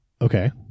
Okay